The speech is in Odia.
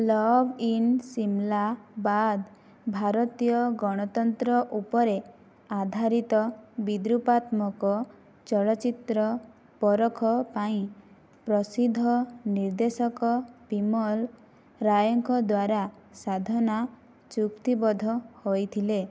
'ଲଭ୍ ଇନ୍ ସିମ୍ଲା' ବାଦ ଭାରତୀୟ ଗଣତନ୍ତ୍ର ଉପରେ ଆଧାରିତ ବିଦ୍ରୁପାତ୍ମକ ଚଳଚ୍ଚିତ୍ର 'ପରଖ' ପାଇଁ ପ୍ରସିଦ୍ଧ ନିର୍ଦ୍ଦେଶକ ବିମଲ ରାୟଙ୍କ ଦ୍ୱାରା ସାଧନା ଚୁକ୍ତିବଦ୍ଧ ହୋଇଥିଲେ